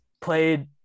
played